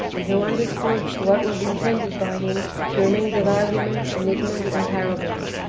and who understood what was intended by him through means of arguments, enigmas, and parables.